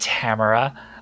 Tamara